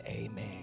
amen